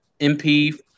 MP